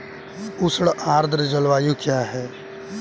उष्ण आर्द्र जलवायु क्या है?